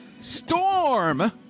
Storm